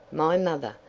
my mother!